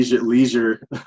leisure